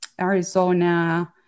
Arizona